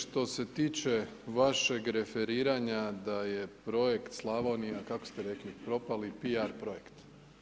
Što se tiče vašeg referiranja da je projekt Slavonija, kako ste rekli, propali p.r. projekt.